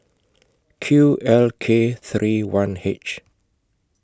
Q L K three one H